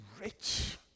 rich